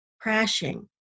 crashing